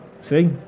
See